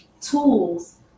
tools